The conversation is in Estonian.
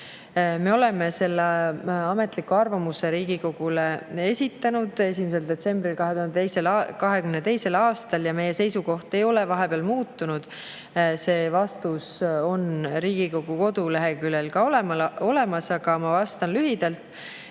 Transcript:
Me oleme ametliku arvamuse selle kohta Riigikogule esitanud 1. detsembril 2022. aastal ja meie seisukoht ei ole vahepeal muutunud. See vastus on Riigikogu koduleheküljel ka olemas, aga ma vastan lühidalt,